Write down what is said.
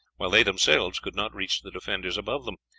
while they themselves could not reach the defenders above them.